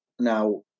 Now